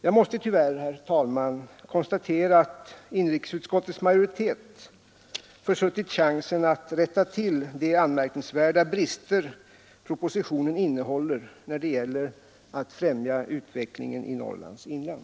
Jag måste tyvärr, herr talman, konstatera att inrikesutskottets majoritet försuttit chansen att rätta till de anmärkningsvärda brister propositionen innehåller när det gäller att främja utvecklingen i Norrlands inland.